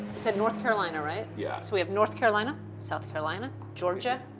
said north carolina, right? yeah. so have north carolina, south carolina, georgia,